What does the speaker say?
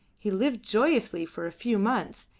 he lived joyously for a few months,